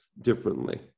differently